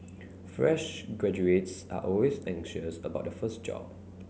fresh graduates are always anxious about their first job